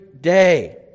day